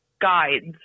guides